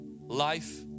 life